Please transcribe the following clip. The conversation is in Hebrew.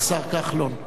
השר כחלון.